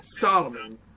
Solomon